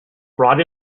brought